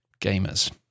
gamers